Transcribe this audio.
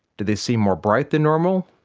do they seem more bright than normal?